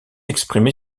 exprimé